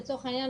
לצורך העניין,